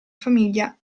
famiglia